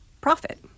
profit